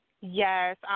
yes